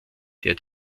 der